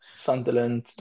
Sunderland